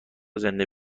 زنده